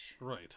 Right